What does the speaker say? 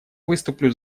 выступлю